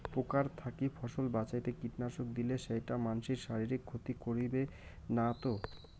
পোকার থাকি ফসল বাঁচাইতে কীটনাশক দিলে সেইটা মানসির শারীরিক ক্ষতি করিবে না তো?